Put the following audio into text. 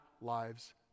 lives